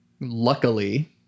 luckily